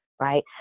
Right